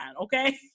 Okay